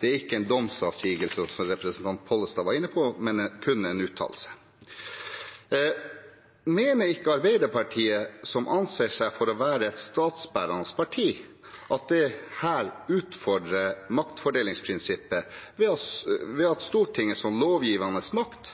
Det er ikke en domsavsigelse, som representanten Pollestad var inne på, men kun en uttalelse. Mener ikke Arbeiderpartiet, som anser seg for å være et statsbærende parti, at dette utfordrer maktfordelingsprinsippet ved at Stortinget som lovgivende makt